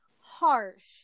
harsh